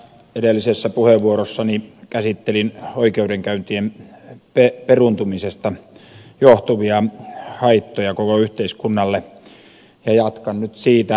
edellisessä puheenvuorossani käsittelin oikeudenkäyntien peruuntumisesta johtuvia haittoja koko yhteiskunnalle ja jatkan nyt siitä